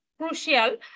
crucial